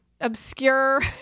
obscure